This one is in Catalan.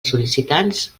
sol·licitants